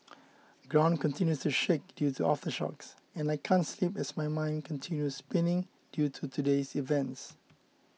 ground continues to shake due to aftershocks and I can't sleep as my mind continue spinning due to today's events